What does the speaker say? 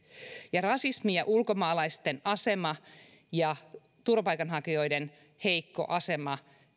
ja rasismi ja ulkomaalaisten asema ja turvapaikanhakijoiden heikko asema